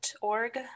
org